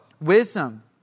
wisdom